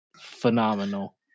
phenomenal